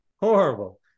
Horrible